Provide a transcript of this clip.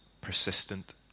persistent